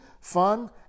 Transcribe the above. fun